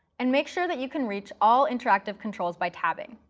and make sure that you can reach all interactive controls by tabbing.